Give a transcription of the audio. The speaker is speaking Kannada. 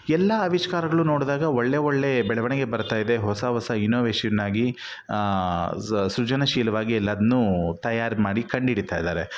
ಎಲ್ಲ ಆವಿಷ್ಕಾರಗಳು ನೋಡಿದಾಗ ಒಳ್ಳೆ ಒಳ್ಳೆ ಬೆಳವಣಿಗೆ ಬರ್ತಾಯಿದೆ ಹೊಸ ಹೊಸ ಇನೋವೇಶನ್ನಾಗಿ ಸೃಜನಶೀಲವಾಗಿ ಎಲ್ಲದನ್ನು ತಯಾರು ಮಾಡಿ ಕಂಡಿಡಿತಾಯಿದ್ದಾರೆ